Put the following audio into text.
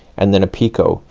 and then a picot.